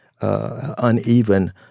uneven